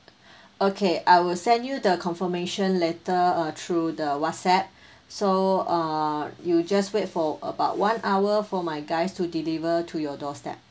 okay I will send you the confirmation letter uh through the whatsapp so uh you just wait for about one hour for my guys to deliver to your doorstep